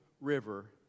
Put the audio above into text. river